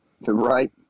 Right